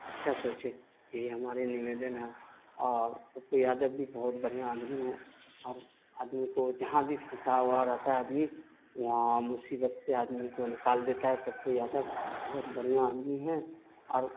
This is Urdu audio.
اچھا سوچے یہی ہمارے نویدن ہے اور پپو یادو بھی بہت بڑھیاں آدمی ہے اور آدمی کو جہاں بھی پھنسا ہوا رہتا ہے آدمی وہاں مصیبت سے آدمی کو نکال دیتا ہے پپو یادو بہت بڑھیاں آدمی ہے اور